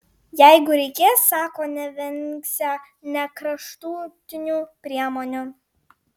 jeigu reikės sako nevengsią nė kraštutinių priemonių